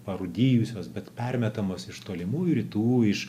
parūdijusios bet permetamos iš tolimųjų rytų iš